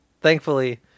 thankfully